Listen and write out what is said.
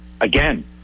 again